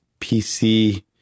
PC